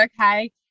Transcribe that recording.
okay